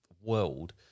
world